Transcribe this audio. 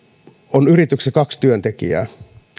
on yrityksessä kaksi työntekijää